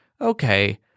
okay